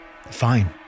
Fine